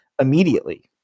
immediately